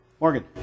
Morgan